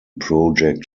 project